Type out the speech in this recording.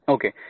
Okay